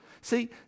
See